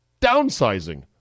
downsizing